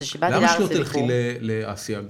למה שלא תלכי לעשייה?